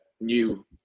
new